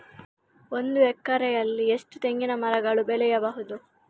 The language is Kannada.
ಒಂದು ಎಕರೆಯಲ್ಲಿ ಎಷ್ಟು ತೆಂಗಿನಮರಗಳು ಬೆಳೆಯಬಹುದು?